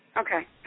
Okay